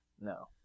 No